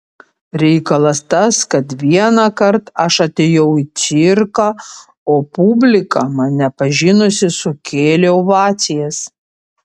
reikalas tas kad vienąkart aš atėjau į cirką o publika mane pažinusi sukėlė ovacijas